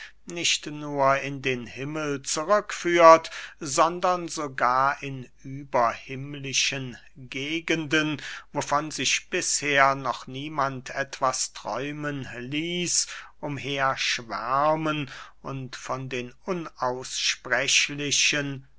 nicht nur in den himmel zurückführt sondern sogar in überhimmlischen gegenden wovon sich bisher noch niemand etwas träumen ließ umherschwärmen und von den unaussprechlichen